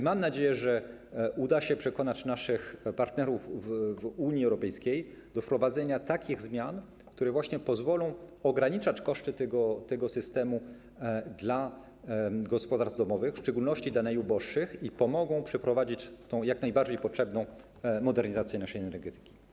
Mam nadzieję, że uda się przekonać naszych partnerów w Unii Europejskiej do wprowadzenia takich zmian, które właśnie pozwolą ograniczać koszty tego systemu dla gospodarstw domowych, w szczególności dla najuboższych, i pomogą przeprowadzić tę jak najbardziej potrzebną modernizację naszej energetyki.